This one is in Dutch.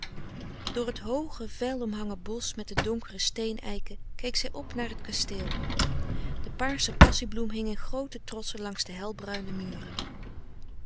door het hooge veil omhangen bosch met de donkere steen eiken keek zij op naar t kasteel de paarsche passiebloem hing in groote trossen tegen de helbruine muren